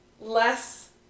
less